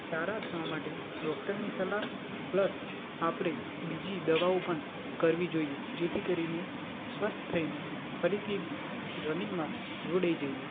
સારા થવા માટે ડોક્ટરની સલાહ પ્લસ આપણે બીજી દવાઓ પણ કરવી જોઈએ જેથી કરીને સ્વસ્થ થઈને ફરીથી રનિંગમાં જોડાઈ જઈએ